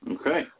okay